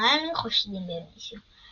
והרמיוני חושדים במישהו,